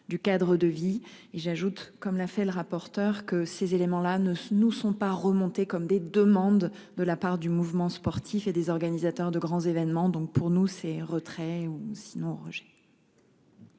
du cadre de vie et j'ajoute, comme l'a fait le rapporteur, que ces éléments-là ne nous sont pas remontés comme des demandes de la part du mouvement sportif et des organisateurs de grands événements. Donc pour nous c'est retrait ou sinon Roger.